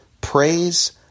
praise